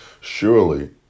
Surely